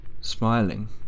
smiling